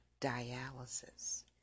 dialysis